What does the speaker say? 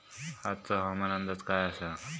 आजचो हवामान अंदाज काय आसा?